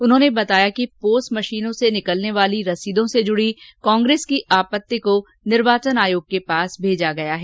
उन्होंने बताया कि पोस मशीनों से निकलने वाली रसीदों से जुडी कांग्रेस की आपत्ति को निर्वाचन आयोग के पास भेजा गया है